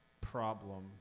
problem